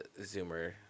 Zoomer